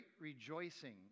rejoicing